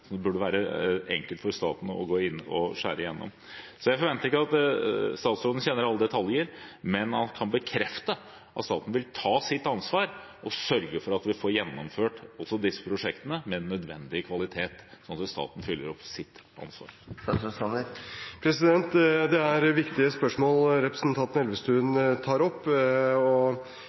det burde være enkelt for staten å gå inn og skjære gjennom. Jeg forventer ikke at statsråden kjenner alle detaljer, men kan han bekrefte at staten vil ta sitt ansvar og sørge for at vi får gjennomført også disse prosjektene med den nødvendige kvaliteten, slik at staten oppfyller sitt ansvar? Det er viktige spørsmål representanten Elvestuen tar opp. Sameskolen for Midt-Norge i Hattfjelldal blir drevet videre, og